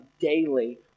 daily